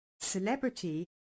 celebrity